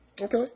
Okay